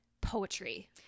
Poetry